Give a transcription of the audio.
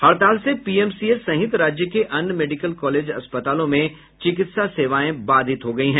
हड़ताल से पीएमसीएच सहित राज्य के अन्य मेडिकल कॉलेज अस्पतालों में चिकित्सा सेवाएं बाधित हुई है